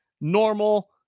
normal